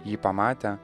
jį pamatę